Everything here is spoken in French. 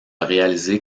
réalisé